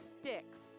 sticks